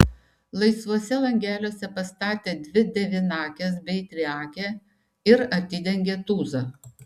laisvuose langeliuose pastatė dvi devynakes bei triakę ir atidengė tūzą